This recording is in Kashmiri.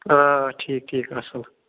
آ ٹھیٖک ٹھیٖک اَصٕل